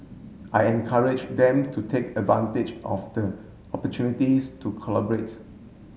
I encourage them to take advantage of the opportunities to collaborates